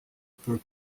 por